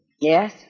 Yes